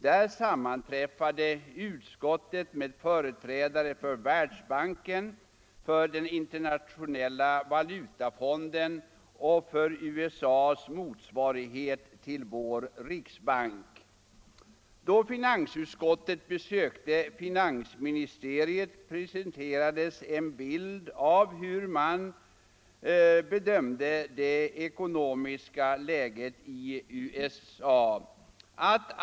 Där sammanträffade utskottet med företrädare för Världsbanken, Internationella valutafonden och USA:s motsvarighet till vår riksbank. Då finansutskottet besökte finansministeriet presenterades en bild av det ekonomiska läget i USA.